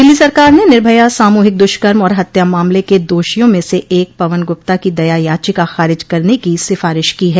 दिल्ली सरकार ने निर्भया सामूहिक दुष्कर्म और हत्या मामले के दोषियों में से एक पवन गुप्ता की दया याचिका खारिज करने की सिफारिश की है